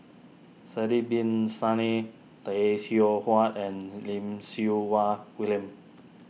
Sidek Bin Saniff Tay Seow Huah and Lim Siew Wai William